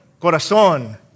corazón